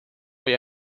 foi